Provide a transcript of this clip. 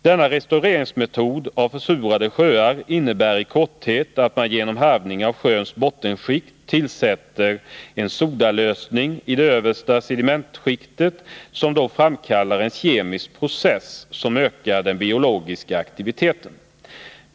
Denna metod för restaurering av försurade sjöar innebär i korthet att man genom harvning av sjöns bottenskikt tillsätter en sodalösning i det översta sedimentskiktet, som då framkallar en kemisk process, som ökar den biologiska aktiviteten.